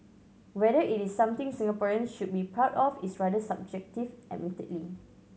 whether it is something Singaporeans should be proud of is rather subjective admittedly